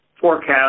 forecast